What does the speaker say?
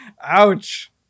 ouch